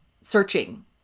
searching